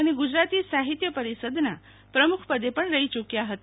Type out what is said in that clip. અને ગુજરાતી સાહિત્ય પરિષદના પ્રમ્ ખ પદ પણ રહી ચુકયા હતા